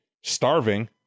starving